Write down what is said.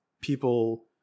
people